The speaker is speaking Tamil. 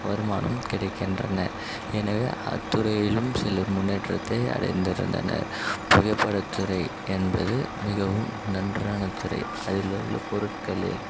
வருமானம் கிடைக்கின்றன எனவே அத்துறையிலும் சிலர் முன்னேற்றத்தை அடைந்திருந்தனர் புகைப்படத்துறை என்பது மிகவும் நன்றான துறை அதில் உள்ள பொருட்களில்